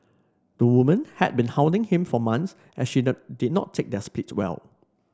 the woman had been hounding him for months as she does did not take their split well